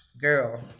girl